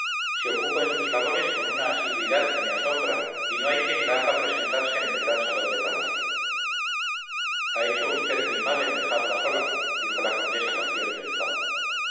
se ocupa en sus labores con una asiduidad que me asombra y no hay quien la haga presentarse en el gran salón de palacio ha hecho vd muy mal en dejarla sola dijo la condesa con cierto enfado